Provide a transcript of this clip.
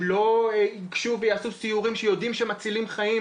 הם לא יעשו סיורים שהם מצילי חיים?